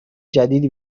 جدیدی